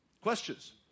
Questions